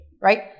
right